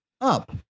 up